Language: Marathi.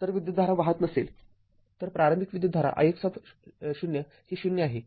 तर विद्युतधारा वाहत नसेल तर प्रारंभिक विद्युतधारा ix ही ० आहे